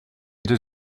deux